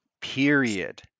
period